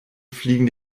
fliegen